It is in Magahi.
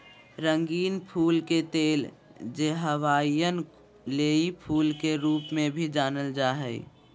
रंगीन फूल के तेल, जे हवाईयन लेई फूल के रूप में भी जानल जा हइ